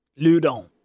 Ludon